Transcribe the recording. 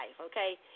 okay